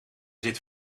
zit